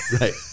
Right